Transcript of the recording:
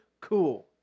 cool